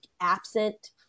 absent